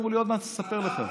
אמרו לי: עוד מעט נספר לך.